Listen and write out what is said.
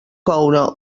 coure